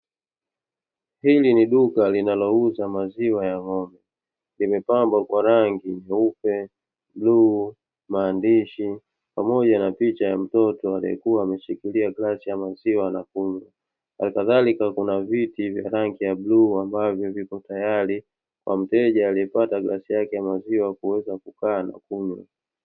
Hili ni duka linalouza maziwa ya ng'ombe, limepambwa kwa rangi nyeupe, blue, maandishi pamoja na picha ya mtoto aliyekuwa ameshikilia glasi ya maziwa anakunywa, alkadharika kuna viti vya rangi ya bluu ambavyo vipo tayari kwa mteja aliepata glasi yake ya maziwa kuweza kukaa na kunywa.